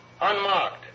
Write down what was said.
Unmarked